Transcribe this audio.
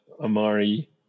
Amari